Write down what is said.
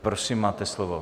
Prosím, máte slovo.